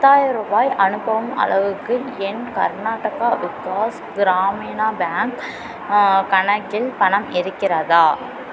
பத்தாயிர ரூபாய் அனுப்பும் அளவுக்கு என் கர்நாடகா விகாஸ் கிராமினா பேங்க் கணக்கில் பணம் இருக்கிறதா